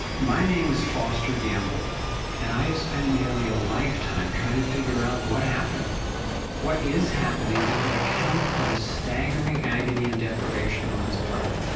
my name is foster gamble and i have spent nearly a lifetime trying to figure out, what happened what is happening, that could account for this staggering agony and deprivation on this planet.